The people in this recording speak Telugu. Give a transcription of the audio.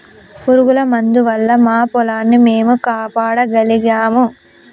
పురుగుల మందు వల్ల మా పొలాన్ని మేము కాపాడుకోగలిగాము